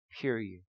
period